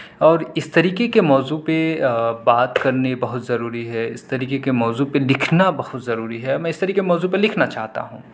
اور اس طریقے کے موضوع پہ بات کرنی بہت ضروری ہے اس طریقے کے موضوع پہ لکھنا بہت ضروری ہے میں اس طریقے کے موضوع پہ لکھنا چاہتا ہوں